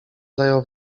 zajął